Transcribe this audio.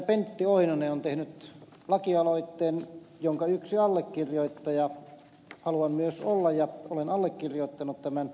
pentti oinonen on tehnyt lakialoitteen jonka yksi allekirjoittaja haluan myös olla ja olen allekirjoittanut tämän aloitteen